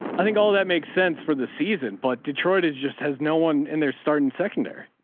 i think all of that makes sense for the season, but detroit is just has no one in there starting secondary.